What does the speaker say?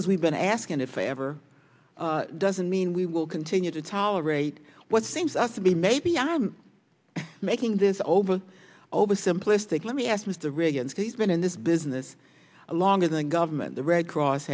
because we've been asking if ever doesn't mean we we'll continue to tolerate what seems us to be maybe i'm making this over over simplistic let me ask mr riggins he's been in this business longer than government the red cross